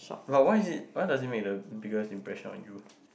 but why is it why does it make the biggest impression on you